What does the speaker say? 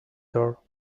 door